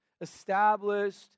established